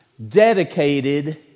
dedicated